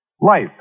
Life